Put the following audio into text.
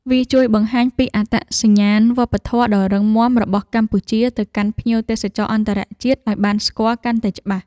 វាជួយបង្ហាញពីអត្តសញ្ញាណវប្បធម៌ដ៏រឹងមាំរបស់កម្ពុជាទៅកាន់ភ្ញៀវទេសចរអន្តរជាតិឱ្យបានស្គាល់កាន់តែច្បាស់។